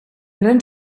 gran